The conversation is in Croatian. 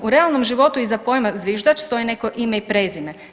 U realnom životu, iza pojma zviždač stoji neko ime i prezime.